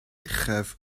uchaf